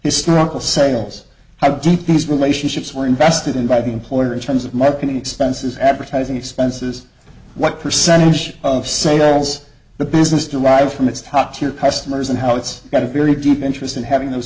struggle sales how deep these relationships were invested in by the employer in terms of marketing expenses advertising expenses what percentage of sales the business derives from its top tier customers and how it's got a very deep interest in having those